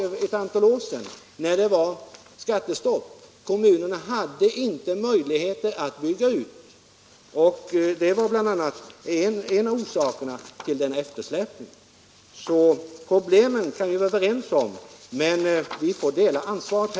För ett antal år sedan var det skattestopp, och kommunerna hade inte möjligheter att bygga ut daghemmen. Det var en av orsakerna till eftersläpningen. Problemen kan vi vara överens om, men vi får dela ansvaret.